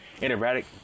erratic